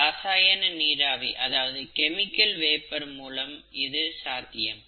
ரசாயன நீராவி மூலம் இது சாத்தியம்